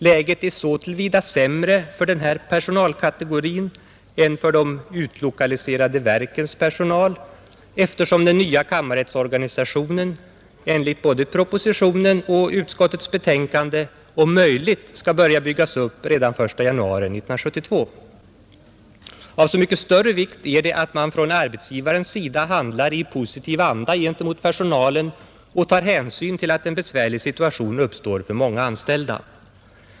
Läget är så till vida sämre för denna personalkategori än för de utlokaliserade verkens personal, eftersom den nya kammarrättsorganisationen — enligt både propositionen och utskottets betänkande — om möjligt skall börja byggas upp redan den 1 januari 1972. Av så mycket större vikt är det att man från arbetsgivarens sida handlar i en positiv anda gentemot personalen och tar hänsyn till att en besvärlig situation uppstår för många anställda.